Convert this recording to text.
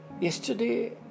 Yesterday